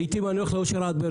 לעתים אני הולך לעושר עד,